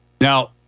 Now